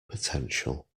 potential